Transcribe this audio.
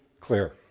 clear